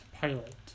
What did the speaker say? pilot